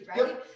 right